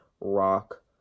rock